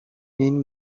این